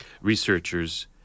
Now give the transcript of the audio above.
researchers